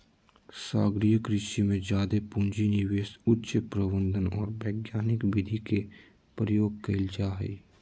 सागरीय कृषि में जादे पूँजी, निवेश, उच्च प्रबंधन और वैज्ञानिक विधि के प्रयोग कइल जा हइ